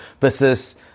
versus